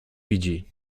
widzi